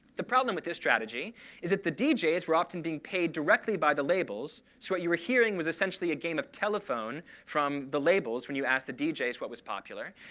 the problem with this strategy is that the deejays were often being paid directly by the labels. so what you were hearing was essentially a game of telephone from the labels when you asked the deejays what was popular.